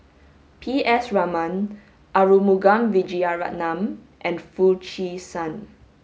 P S Raman Arumugam Vijiaratnam and Foo Chee San